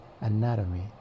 anatomy